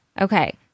Okay